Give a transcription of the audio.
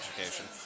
education